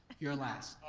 you're last.